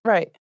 Right